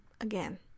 again